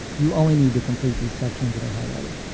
you only need to complete these sections that are highlighted.